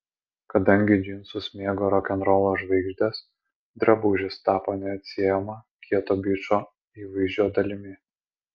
kadangi džinsus mėgo rokenrolo žvaigždės drabužis tapo neatsiejama kieto bičo įvaizdžio dalimi